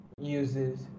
uses